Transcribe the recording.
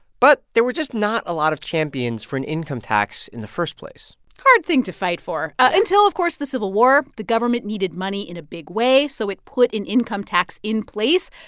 but there were just not a lot of champions for an income tax in the first place hard thing to fight for. right. until, of course, the civil war. the government needed money in a big way, so it put an income tax in place.